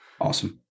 Awesome